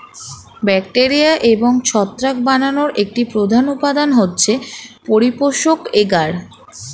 bacteria এবং ছত্রাক বানানোর একটি প্রধান উপাদান হচ্ছে পরিপোষক এগার